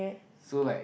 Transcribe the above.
so like